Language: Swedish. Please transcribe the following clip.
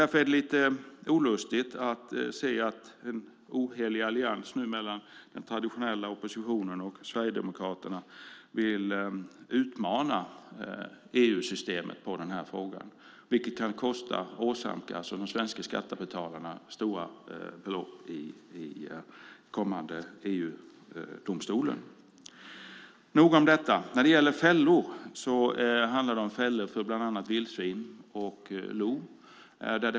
Därför är det lite olustigt att se att en ohelig allians mellan den traditionella oppositionen och Sverigedemokraterna vill utmana EU-systemet i den här frågan, vilket kan åsamka de svenska skattebetalarna stora kostnader i form av skadeståndsbelopp i EU-domstolen, men nog om detta. När det gäller fällor handlar det bland annat om vildsvin och lo.